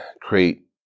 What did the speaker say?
create